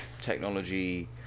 technology